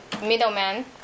middleman